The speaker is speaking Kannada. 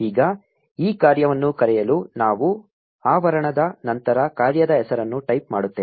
ಈಗ ಈ ಕಾರ್ಯವನ್ನು ಕರೆಯಲು ನಾವು ಆವರಣದ ನಂತರ ಕಾರ್ಯದ ಹೆಸರನ್ನು ಟೈಪ್ ಮಾಡುತ್ತೇವೆ